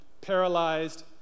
paralyzed